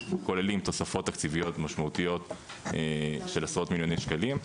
כוללים תוספות תקציביות משמעותיות של עשרות מיליוני שקלים,